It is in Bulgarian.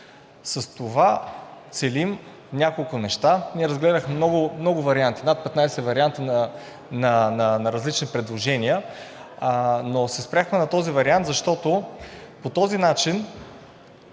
С това целим няколко неща. Ние разгледахме много варианти – над 15 варианта на различни предложения, но се спряхме на този вариант, защото по този начин